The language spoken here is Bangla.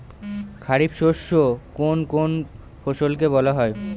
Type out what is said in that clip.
খারিফ শস্য কোন কোন ফসলকে বলা হয়?